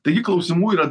taigi klausimų yra